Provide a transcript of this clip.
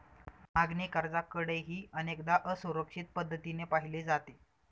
मागणी कर्जाकडेही अनेकदा असुरक्षित पद्धतीने पाहिले जाते